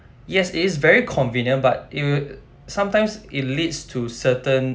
yes it is very convenient but it will sometimes it leads to certain